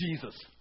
Jesus